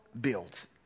builds